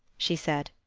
she said,